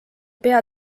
pea